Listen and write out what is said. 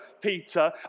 Peter